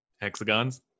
hexagons